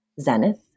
zenith